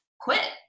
quit